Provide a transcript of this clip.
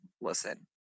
listen